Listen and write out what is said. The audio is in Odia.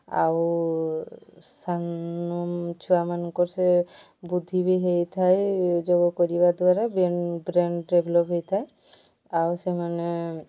ଆଉ ସାନ ଛୁଆମାନଙ୍କର ସେ ବୁଦ୍ଧି ବି ହୋଇଥାଏ ଯୋଗ କରିବା ଦ୍ୱାରା ବ୍ରେନ୍ ବ୍ରେନ୍ ଡେଭ୍ଲପ୍ ହୋଇଥାଏ ଆଉ ସେମାନେ